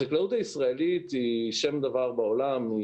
החקלאות הישראלית היא שם דבר בעולם,